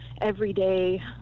everyday